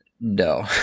No